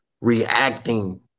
reacting